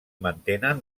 mantenen